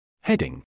Heading